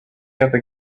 other